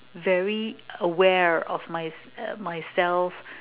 very aware of my uh myself